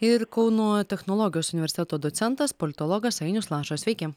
ir kauno technologijos universiteto docentas politologas ainius lašas sveiki